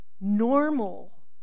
normal